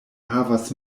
havas